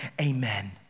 amen